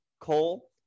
Cole